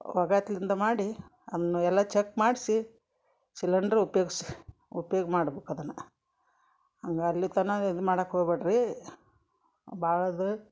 ಒಗಾತ್ಲಿಂದ ಮಾಡಿ ಅದನ್ನೂ ಎಲ್ಲ ಚಕ್ ಮಾಡಿಸಿ ಸಿಲಿಂಡ್ರು ಉಪಯೋಗ್ಸಿ ಉಪ್ಯೋಗ ಮಾಡ್ಬೇಕು ಅದನ್ನು ಹಂಗ್ ಅಲ್ಲಿತನಕ ಇದು ಮಾಡಕ್ಕ ಹೋಗಬೇಡ್ರಿ ಭಾಳ ಅದ